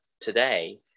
today